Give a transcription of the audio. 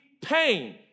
pain